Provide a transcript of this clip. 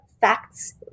facts